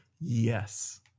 Yes